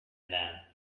then